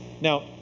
Now